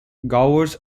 gowers